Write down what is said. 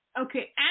Okay